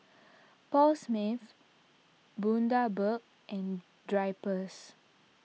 Paul Smith Bundaberg and Drypers